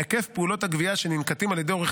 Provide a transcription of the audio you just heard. היקף פעולות הגבייה שננקטים על ידי עורך